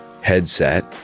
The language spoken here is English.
headset